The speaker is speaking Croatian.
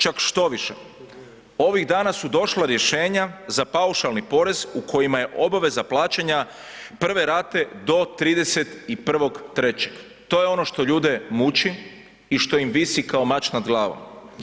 Čak štoviše, ovih dana su došla rješenja za paušalni porez u kojima je obaveza plaćanja prve rate do 31.3., to je ono što ljude muči i što im visi kao mač nad glavom.